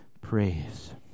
praise